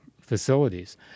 facilities